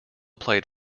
played